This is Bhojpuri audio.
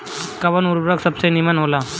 कवन उर्वरक सबसे नीमन होला?